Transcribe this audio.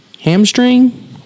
hamstring